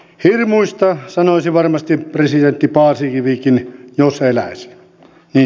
hirmuista sanoisi varmasti presidentti paasikivikin jos eläisi